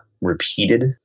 repeated